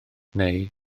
neu